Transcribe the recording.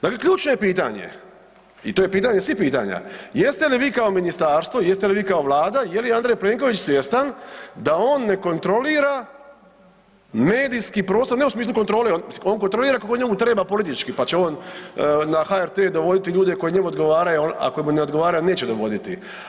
Dakle ključno je pitanje i to je pitanje svih pitanja, jeste li vi kao ministarstvo, jeste li vi kao Vlada, je li Andrej Plenković svjestan da on ne kontrolira medijski prostor, ne u smislu kontrole, on kontrolira kako njemu treba politički pa će on na HRT dovoditi ljude koji njemu odgovaraju, ako mu ne odgovara, neće dovoditi.